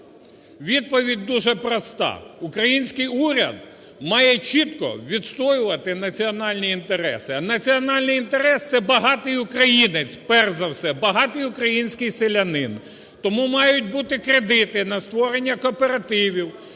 Відповідь дуже проста: український уряд має чітко відстоювати національні інтереси. А національний інтерес – це багатий українець перш за все, багатий український селянин. Тому мають бути кредити на створення кооперативів,